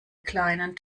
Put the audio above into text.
kleinen